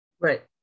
Right